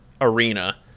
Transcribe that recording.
arena